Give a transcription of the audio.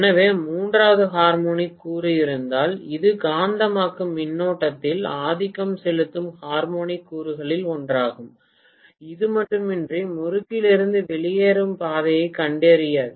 எனவே மூன்றாவது ஹார்மோனிக் கூறு இருந்தால் இது காந்தமாக்கும் மின்னோட்டத்தில் ஆதிக்கம் செலுத்தும் ஹார்மோனிக் கூறுகளில் ஒன்றாகும் இது மின்மாற்றி முறுக்கிலிருந்து வெளியேறும் பாதையைக் கண்டறியாது